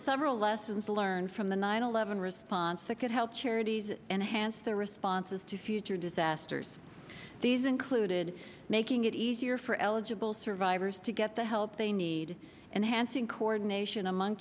several lessons learned from the nine eleven response that could help charities enhance their responses to future disasters these included making it easier for eligible survivors to get the help they need enhanced in coordination among